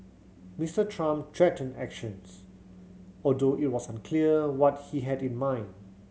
Mister Trump threatened actions although it was unclear what he had in mind